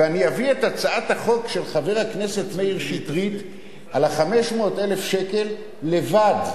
ואני אביא את הצעת החוק של חבר הכנסת מאיר שטרית על 500,000 שקל לבד,